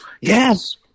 Yes